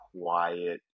quiet